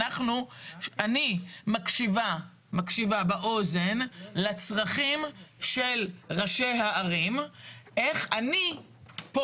אני מקשיבה מקשיבה באוזן לצרכים של ראשי הערים איך אני פה